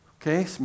Okay